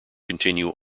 continue